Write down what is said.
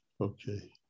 Okay